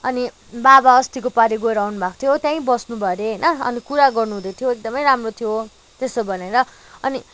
अनि बाबा अस्तिको पालि गएर आउनुभएको थियो त्यहीँ बस्नुभयो अरे होइन अनि कुरा गर्नुहुँदै थियो एकदमै राम्रो थियो त्यसो भनेर अनि